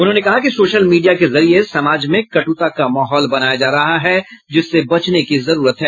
उन्होंने कहा कि सोशल मीडिया के जरिये समाज में कट्ता का माहौल बनाया जा रहा है जिससे बचने की जरूरत है